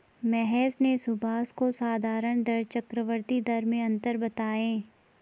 महेश ने सुभाष को साधारण दर चक्रवर्ती दर में अंतर बताएं